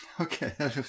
Okay